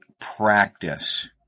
practice